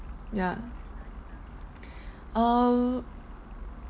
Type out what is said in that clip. yeah err